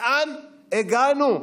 לאן הגענו?